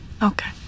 Okay